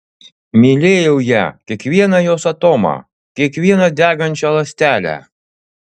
mylėjau ją kiekvieną jos atomą kiekvieną degančią ląstelę